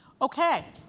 okay.